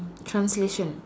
translation